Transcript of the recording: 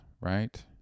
right